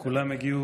כולם הגיעו